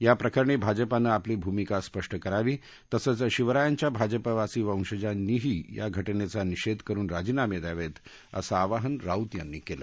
याप्रकरणी भाजपानं आपली भूमिका स्पष्ट करावी तसंच शिवरायांच्या भाजपावासी वंशजांनीही या घटनेचा निषेध करुन राजीनामे द्यावेत असं आवाहन राऊत यांनी केलं